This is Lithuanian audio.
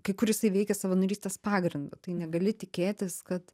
kai kur jisai veikia savanorystės pagrindu tai negali tikėtis kad